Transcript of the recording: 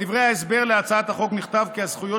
בדברי ההסבר להצעת החוק נכתב כי הזכויות